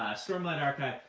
stormlight archive,